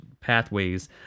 pathways